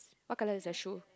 what color is her shoe